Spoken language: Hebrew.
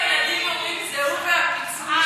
אצלנו הילדים אומרים: זה הוא והפיצול שלו.